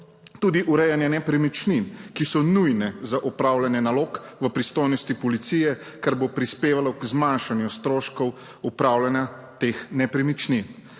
tudi urejanja nepremičnin, ki so nujne za opravljanje nalog v pristojnosti policije, kar bo prispevalo k zmanjšanju stroškov upravljanja teh nepremičnin.